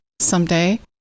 someday